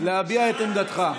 את עמדת הממשלה.